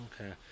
Okay